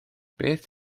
beth